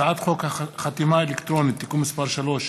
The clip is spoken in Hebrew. הצעת חוק חתימה אלקטרונית (תיקון מס' 3),